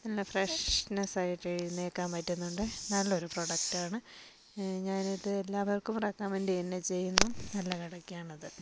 നല്ല ഫ്രഷ്നെസ്സ് ആയിട്ട് എഴുന്നേൽക്കാൻ പറ്റുന്നുണ്ട് നല്ലൊരു പ്രോഡക്ട് ആണ് ഞാൻ ഇത് എല്ലാവർക്കും റെക്കമെന്റ് ചെയ്യുക തന്നെ ചെയ്യുന്നു നല്ല കിടക്കയാണിത്